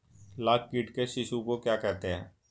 लाख कीट के शिशु को क्या कहते हैं?